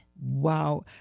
Wow